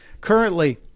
currently